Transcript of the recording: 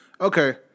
okay